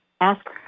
Ask